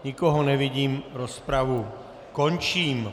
Nikoho nevidím, rozpravu končím.